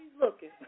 looking